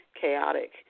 chaotic